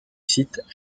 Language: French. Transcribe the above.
site